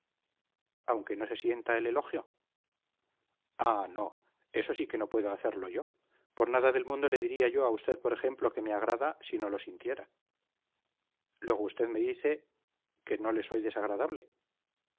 aunque no se sienta el elogio ah no eso sí que no puedo hacerlo yo por nada del mundo le diría yo a usted por ejemplo que me agrada si no lo sintiera luego usted me dice que no le soy desagradable